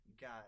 got